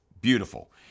Beautiful